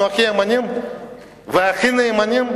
אנחנו הכי ימנים והכי נאמנים,